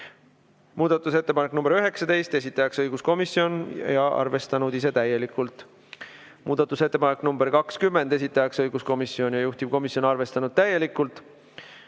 Muudatusettepanek nr 19, esitajaks õiguskomisjon ja arvestanud ise täielikult. Muudatusettepanek nr 20, esitajaks õiguskomisjon ja juhtivkomisjon on arvestanud täielikult.